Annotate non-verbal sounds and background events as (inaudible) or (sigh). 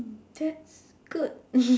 mm that's good (laughs)